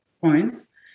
points